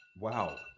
Wow